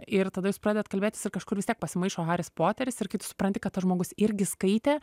ir tada jūs pradedat kalbėtis ir kažkur vis tiek pasimaišo haris poteris ir kai tu supranti kad tas žmogus irgi skaitė